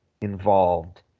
involved